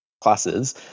classes